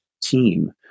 team